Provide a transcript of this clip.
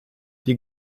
die